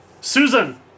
Susan